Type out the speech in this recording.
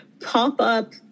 pop-up